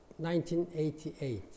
1988